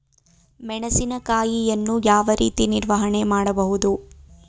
ಮೆಣಸಿನಕಾಯಿಯನ್ನು ಯಾವ ರೀತಿ ನಿರ್ವಹಣೆ ಮಾಡಬಹುದು?